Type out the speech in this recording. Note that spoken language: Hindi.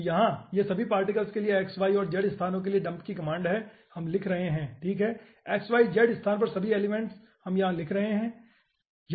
तो यहाँ यह सभी पार्टिकल्स के लिए x y और z स्थानों के लिए डंप की कमांड है हम लिख रहे हैं ठीक है x y z स्थान पर सभी एलिमेंट्स हम यहाँ लिख रहे हैं ठीक है